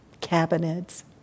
cabinets